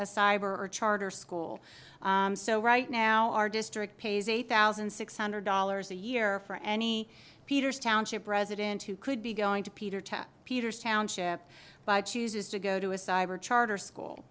a cyber or charter school so right now our district pays eight thousand six hundred dollars a year for any peters township resident who could be going to peter to peter's township by chooses to go to a cyber charter school